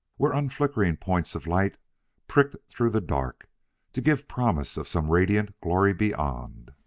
where unflickering points of light pricked through the dark to give promise of some radiant glory beyond.